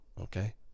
Okay